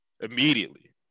immediately